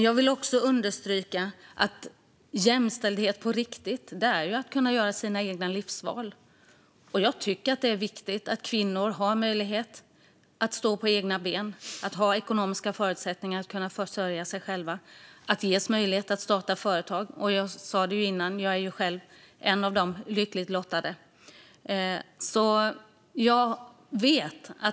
Jag vill också understryka att jämställdhet på riktigt handlar om att kunna göra sina egna livsval. Jag tycker att det är viktigt att kvinnor har möjlighet att stå på egna ben, har ekonomiska förutsättningar att försörja sig själva och ges möjlighet att starta företag. Som jag sa innan är jag själv en av de lyckligt lottade.